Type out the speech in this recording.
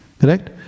Correct